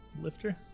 Lifter